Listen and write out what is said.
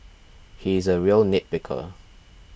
he is a real nitpicker